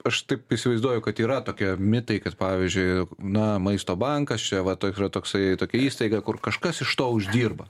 aš taip įsivaizduoju kad yra tokie mitai kad pavyzdžiui na maisto bankas čia toksai įstaiga kur kažkas iš to uždirba